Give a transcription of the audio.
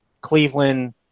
Cleveland